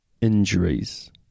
injuries